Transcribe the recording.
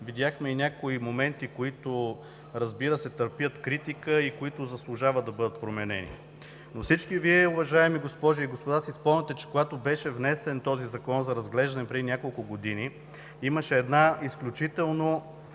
видяхме и някои моменти, които, разбира се, търпят критика и които заслужават да бъдат променени. Всички Вие, уважаеми госпожи и господа, си спомняте, че когато беше внесен този Закон за разглеждане преди няколко години, имаше изключително